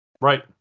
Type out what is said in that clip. Right